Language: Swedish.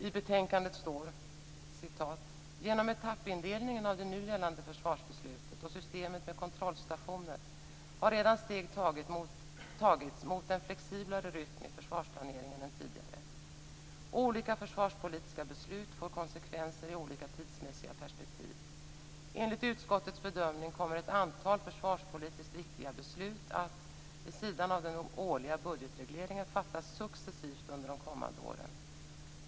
I betänkandet står: "Genom etappindelningen av det nu gällande försvarsbeslutet och systemet med kontrollstationer har redan steg tagits mot en flexiblare rytm i försvarsplaneringen än tidigare. Olika försvarspolitiska beslut får konsekvenser i olika tidsmässiga perspektiv. Enligt utskottets bedömning kommer ett antal försvarspolitiskt viktiga beslut att - vid sidan av den årliga budgetregleringen - fattas successivt under de kommande åren.